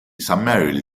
summarily